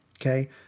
okay